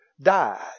died